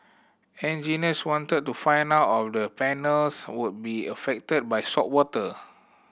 engineers wanted to find out of the panels would be affected by saltwater